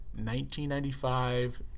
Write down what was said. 1995